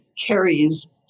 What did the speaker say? carries